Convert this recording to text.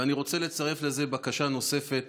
ואני רוצה לצרף לזה בקשה נוספת